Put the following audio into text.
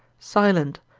silent,